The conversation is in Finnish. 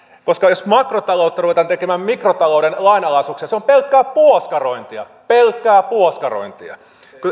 jos makrotaloutta ruvetaan tekemään mikrotalouden lainalaisuuksilla se on pelkkää puoskarointia pelkkää puoskarointia